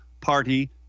party